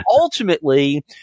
ultimately